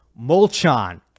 Molchan